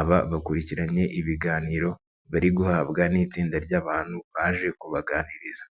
aba bakurikiranye ibiganiro bari guhabwa n'itsinda ry'abantu baje kubaganiriza.